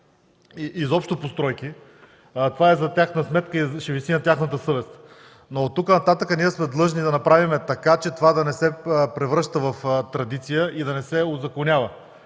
и изобщо постройки, това е за тяхна сметка и ще виси на тяхната съвест. Оттук нататък ние се длъжни да направим така, че това да не се превръща в традиция и да не се узаконява.